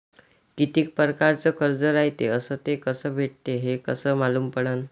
कितीक परकारचं कर्ज रायते अस ते कस भेटते, हे कस मालूम पडनं?